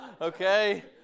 Okay